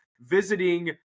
visiting